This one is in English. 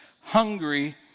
hungry